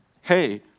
hey